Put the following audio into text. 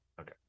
Okay